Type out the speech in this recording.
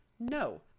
No